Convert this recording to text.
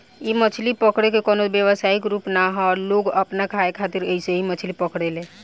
इ मछली पकड़े के कवनो व्यवसायिक रूप ना ह लोग अपना के खाए खातिर ऐइसे मछली पकड़े ले